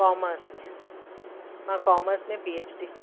commerce में मां commerce में पी एच डी